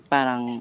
Parang